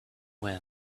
wind